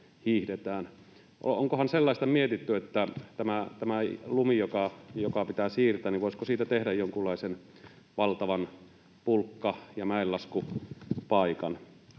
Onkohan sellaista mietitty, että kun lumi pitää siirtää, niin voisiko siitä tehdä jonkunlaisen valtavan pulkka‑ ja mäenlaskupaikan?